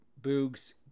Boogs